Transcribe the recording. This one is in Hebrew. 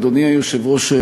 אדוני היושב-ראש,